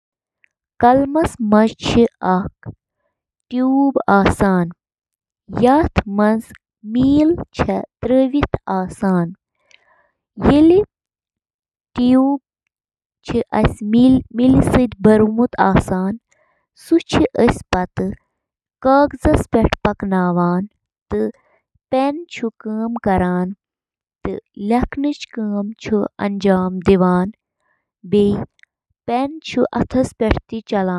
Hair dryer, چُھ اکھ electromechanical آلہ یُس نم مَس پیٹھ محیط یا گرم ہوا چُھ وایان تاکہِ مَس خۄشٕک کرنہٕ خٲطرٕ چُھ آبُک بخارات تیز گژھان۔ ڈرائر چِھ پرتھ سٹرینڈ اندر عارضی ہائیڈروجن بانڈن ہنٛز تشکیل تیز تہٕ کنٹرول کرتھ، مس ہنٛز شکل تہٕ اندازس پیٹھ بہتر کنٹرولس قٲبل بناوان۔